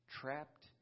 trapped